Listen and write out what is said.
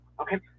okay